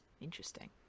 interesting